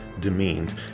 demeaned